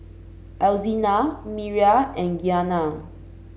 Alzina Miriah and Giana